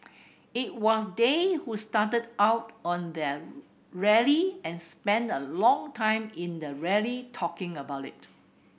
it was they who started out on their rally and spent a long time in the rally talking about it